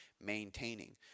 maintaining